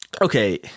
okay